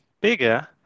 bigger